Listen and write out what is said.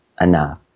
enough